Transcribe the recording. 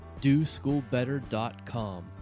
DoschoolBetter.com